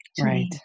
Right